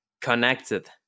connected